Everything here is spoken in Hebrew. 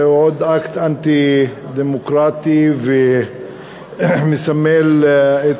זה עוד אקט אנטי-דמוקרטי, והוא מסמל את